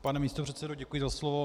Pane místopředsedo, děkuji za slovo.